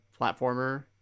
platformer